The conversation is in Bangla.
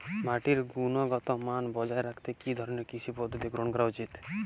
মাটির গুনগতমান বজায় রাখতে কি ধরনের কৃষি পদ্ধতি গ্রহন করা উচিৎ?